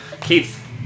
Keith